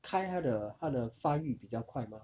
开他的他的发育比较快吗